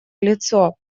лицо